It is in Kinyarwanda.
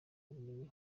ubumenyi